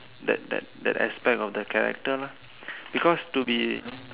that that that aspect of the character lah because to be